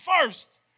first